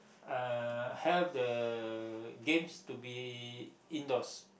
uh have the games to be indoors